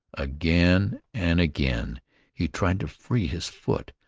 again and again he tried to free his foot,